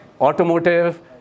Automotive